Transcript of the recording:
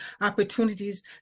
opportunities